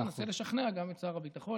אני אנסה לשכנע גם את שר הביטחון.